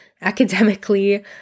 academically